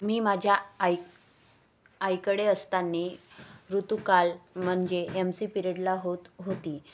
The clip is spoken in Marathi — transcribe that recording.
मी माझ्या आईक आईकडे असताना ऋतुकाल म्हणजे एम सी पिरिडला होत होती